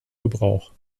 gebrauch